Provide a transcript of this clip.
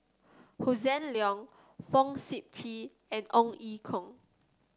Hossan Leong Fong Sip Chee and Ong Ye Kung